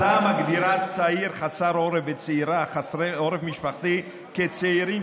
ההצעה מגדירה צעיר חסר עורף וצעירה חסרת עורף משפחתי כצעירים